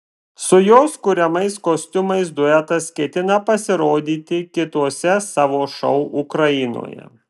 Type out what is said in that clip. su jos kuriamais kostiumais duetas ketina pasirodyti kituose savo šou ukrainoje